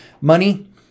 money